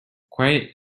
quite